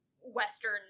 Western